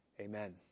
Amen